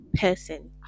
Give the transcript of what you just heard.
person